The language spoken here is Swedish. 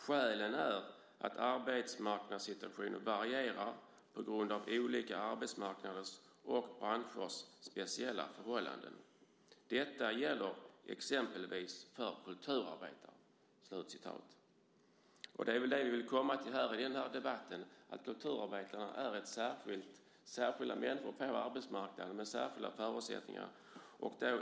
Skälen är att arbetsmarknadssituationen varierar på grund av olika arbetsmarknaders och branschers speciella förhållanden. Detta gäller exempelvis för kulturarbetare." Det är väl det vi vill komma till i den här debatten: Kulturarbetare är särskilda människor på arbetsmarknaden med särskilda förutsättningar.